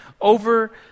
over